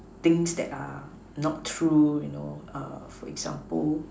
things that are not true you know for example